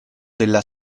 della